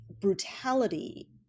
brutality